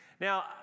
Now